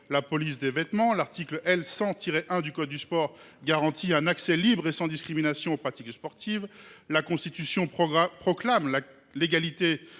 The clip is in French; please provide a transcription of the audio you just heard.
la police des vêtements. L’article L. 100 1 du code du sport garantit un accès libre et sans discrimination aux pratiques sportives. La Constitution proclame l’égalité